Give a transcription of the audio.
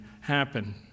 happen